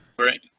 Right